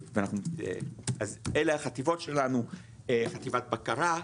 אז אלה החטיבות שלנו: חטיבת בקרה,